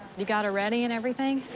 you got her ready and everything?